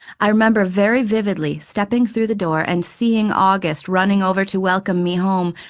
i remember very vividly stepping through the door and seeing august running over to welcome me home,